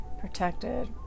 protected